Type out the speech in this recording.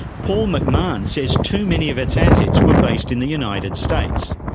paul mcmahon says too many of its assets were based in the united states.